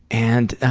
and